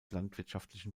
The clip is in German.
landwirtschaftlichen